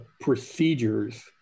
procedures